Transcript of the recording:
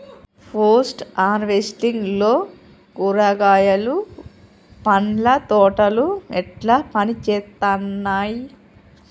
Post harvesting లో కూరగాయలు పండ్ల తోటలు ఎట్లా పనిచేత్తనయ్?